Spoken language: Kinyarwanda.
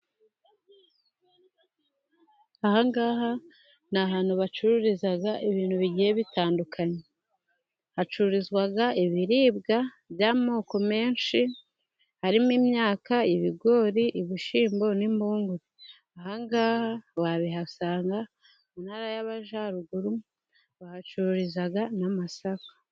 Ahangaha ni ahantu bacururiza ibintu bigiye bitandukanye. Hacururizwa ibiribwa by'amoko menshi, harimo imyaka, ibigori, ibishyimbo n'impungure. Ahangaha wabihasanga mu ntara y'Abajaruguru, bahacururiza n'amasaka.